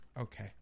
Okay